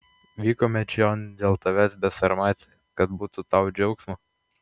vykome čion dėl tavęs besarmati kad būtų tau džiaugsmo